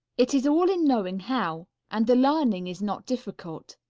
it is all in knowing how, and the learning is not difficult.